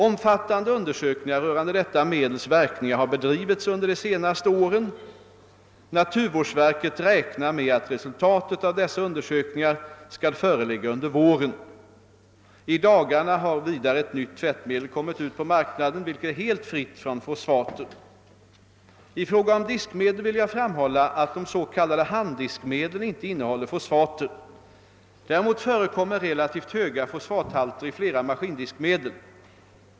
Omfattande undersökningar rörande detta medels verkningar har bedrivits under de senaste åren. Naturvårdsverket räknar med att resultatet av dessa undersökningar skall föreligga under våren. I dagarna har vidare ett nytt tvättmedel kommit ut på marknaden, vilket är helt fritt från fosfater. I fråga om diskmedlen vill jag framhålla att de's.k. handdiskmedlen inte innehåller fosfater. Däremot förekom mer relativt höga fosfathalter i flera maskindiskmedel.